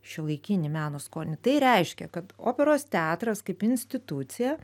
šiuolaikinį meno skonį tai reiškia kad operos teatras kaip institucija